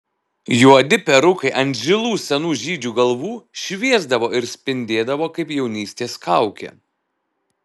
juodi perukai ant žilų senų žydžių galvų šviesdavo ir spindėdavo kaip jaunystės kaukė